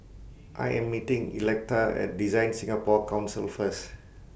I Am meeting Electa At DesignSingapore Council First